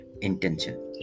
intention